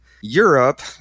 Europe